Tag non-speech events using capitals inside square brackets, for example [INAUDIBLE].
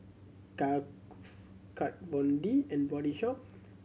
[UNINTELLIGIBLE] Kat Von D and Body Shop